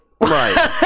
Right